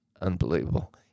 Unbelievable